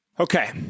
Okay